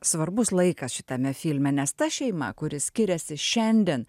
svarbus laikas šitame filme nes ta šeima kuri skiriasi šiandien